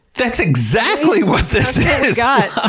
that's exactly what this is! yeah ah